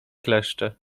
kleszcze